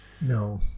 No